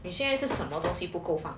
你现在是什么东西不够放